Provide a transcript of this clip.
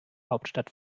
hauptstadt